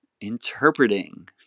interpreting